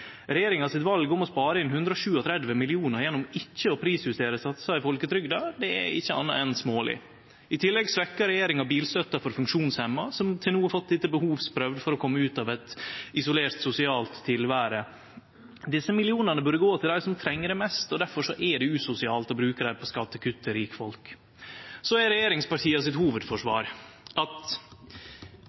regjeringa bilstøtta for funksjonshemma, som til no har fått dette behovsprøvt for å komme ut av eit sosialt isolert tilvære. Desse millionane burde gå til dei som treng det mest, og difor er det usosialt å bruke dei på skattekutt til rikfolk. Hovudforsvaret til regjeringspartia er å skulde Arbeidarpartiet for å svikte prinsippet om at